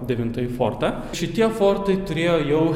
devintąjį fortą šitie fortai turėjo jau